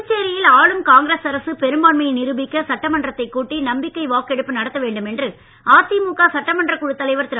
புதுச்சேரியில் ஆளும் காங்கிரஸ் அரசு பெரும்பான்மையை நிரூபிக்க சட்டமன்றத்தை கூட்டி நம்பிக்கை வாக்கெடுப்பு நடத்த வேண்டும் என்று அதிமுக சட்டமன்ற குழுத்தலைவர் திரு